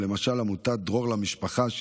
כמו דרור למשפחה,